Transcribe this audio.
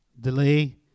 delay